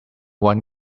one